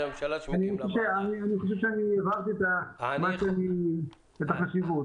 שהבהרתי את החשיבות.